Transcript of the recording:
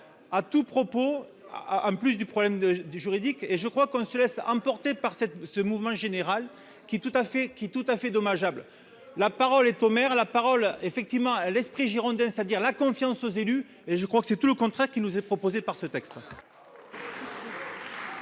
à tout propos ah, en plus du problème de du juridique, et je crois qu'on se laisse emporter par cette ce mouvement général, qui est tout à fait, qui tout à fait dommageable, la parole est au maire à la parole effectivement l'esprit girondin, c'est-à-dire la confiance aux élus et je crois que c'est tout le contrat qui nous est proposé par ce texte.